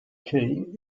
key